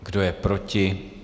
Kdo je proti?